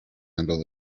handle